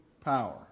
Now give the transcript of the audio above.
power